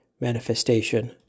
manifestation